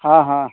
हाँ हाँ